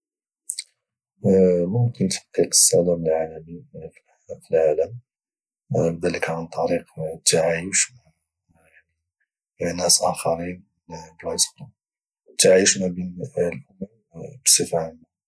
ممكن تحقيق السلام العالمي في العالم ودلك عن طريق التعايش مع يعني ناس اخرين من بلايص خرا التعايش ما بين الام بصفة عامة